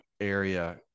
area